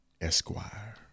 Esquire